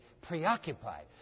preoccupied